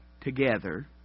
together